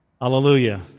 Hallelujah